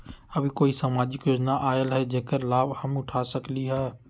अभी कोई सामाजिक योजना आयल है जेकर लाभ हम उठा सकली ह?